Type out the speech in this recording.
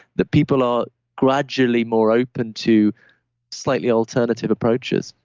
that people are gradually more open to slightly alternative approaches.